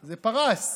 זה פרס,